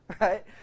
right